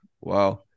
Wow